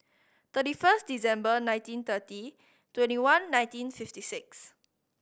thirty first December nineteen thirty twenty one nineteen fifty six